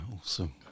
awesome